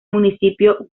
municipio